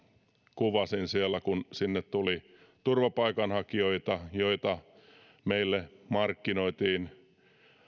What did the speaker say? kuvasin siellä kun sinne tuli turvapaikanhakijoita joita meille markkinoitiin